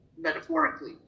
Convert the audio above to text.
metaphorically